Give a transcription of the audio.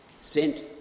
sent